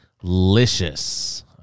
delicious